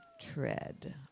tread